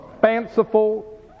fanciful